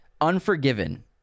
Unforgiven